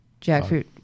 Jackfruit